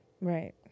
Right